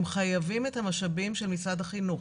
הם חייבים את המשאבים של משרד החינוך.